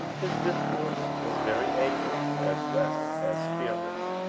his discourse was very able as well as fearless,